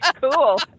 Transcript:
Cool